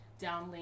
downlink